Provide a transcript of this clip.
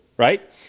Right